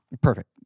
Perfect